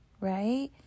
right